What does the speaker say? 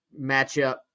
matchup